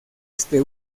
este